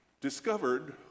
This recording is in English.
discovered